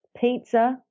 Pizza